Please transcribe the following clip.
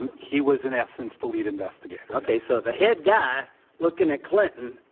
um he was in essence the lead investigator. okay. so the head guy looking at clinton,